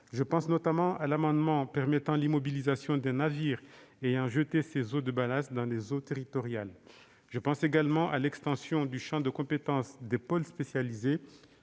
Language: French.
Je pense notamment à l'amendement permettant l'immobilisation d'un navire ayant jeté ses eaux de ballast dans les eaux territoriales. Je pense également à l'extension, sur l'initiative de nos collègues